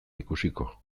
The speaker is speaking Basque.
ikusiko